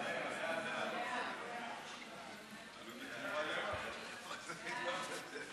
ההצעה להפוך את הצעת